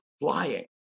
flying